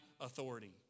authority